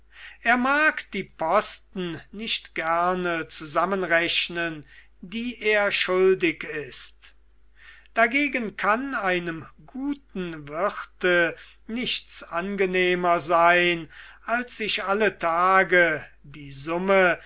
er mag die posten nicht gerne zusammenrechnen die er schuldig ist dagegen kann einem guten wirte nichts angenehmer sein als sich alle tage die summe